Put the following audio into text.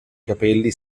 capelli